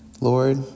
Lord